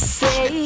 say